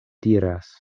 diras